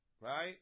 right